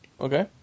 okay